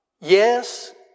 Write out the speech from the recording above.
Yes